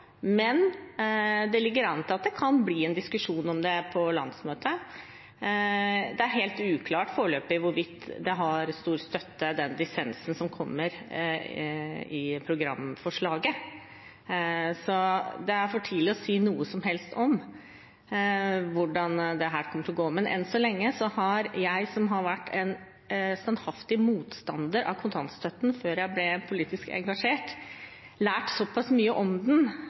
det på landsmøtet. Det er helt uklart foreløpig hvorvidt den dissensen som kommer i programforslaget, har stor støtte, så det er for tidlig å si noe som helst om hvordan dette kommer til å gå. Men enn så lenge har jeg – som har vært en standhaftig motstander av kontantstøtten før jeg ble politisk engasjert – i det siste lært såpass mye om den